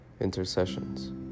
Intercessions